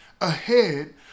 ahead